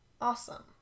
Awesome